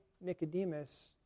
Nicodemus